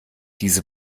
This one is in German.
diese